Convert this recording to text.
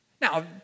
Now